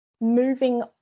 moving